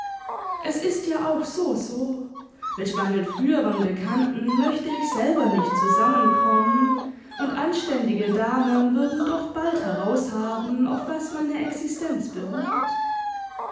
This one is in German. es ist ja auch soso mit meinen früheren bekannten möchte ich selber nicht zusammen kommen und anständige damen würden doch bald heraushaben auf was meine existenz beruht